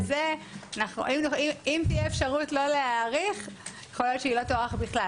במקרה הזה אם תהיה אפשרות לא להאריך יכול להיות שהיא לא תוארך בכלל.